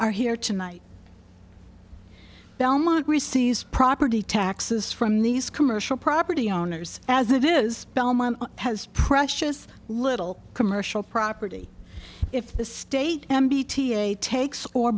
are here tonight belmont receives property taxes from these commercial property owners as it is belmont has precious little commercial property if the state and bta takes or